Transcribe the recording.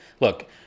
look